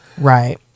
Right